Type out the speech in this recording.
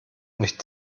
nicht